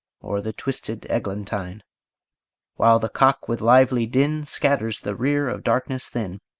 or the twisted eglantine while the cock with lively din scatters the rear of darkness thin,